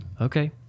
Okay